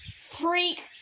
Freak